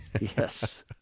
Yes